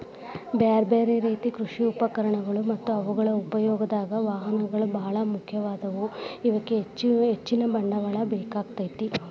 ಬ್ಯಾರ್ಬ್ಯಾರೇ ರೇತಿ ಕೃಷಿ ಉಪಕರಣಗಳು ಮತ್ತ ಅವುಗಳ ಉಪಯೋಗದಾಗ, ವಾಹನಗಳು ಬಾಳ ಮುಖ್ಯವಾದವು, ಇವಕ್ಕ ಹೆಚ್ಚಿನ ಬಂಡವಾಳ ಬೇಕಾಕ್ಕೆತಿ